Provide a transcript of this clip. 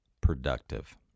productive